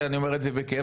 אני אומר את זה בכאב,